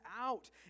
out